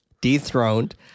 dethroned